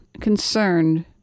concerned